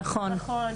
נכון.